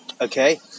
Okay